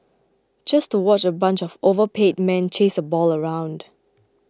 just to watch a bunch of overpaid men chase a ball around